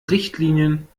richtlinien